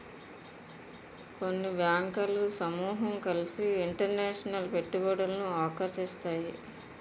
కొన్ని బ్యాంకులు సమూహం కలిసి ఇంటర్నేషనల్ పెట్టుబడులను ఆకర్షిస్తాయి